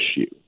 issue